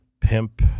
pimp